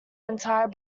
entire